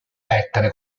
lettere